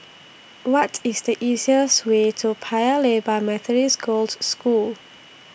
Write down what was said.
What IS The easiest Way to Paya Lebar Methodist Girls' School